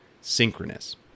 synchronous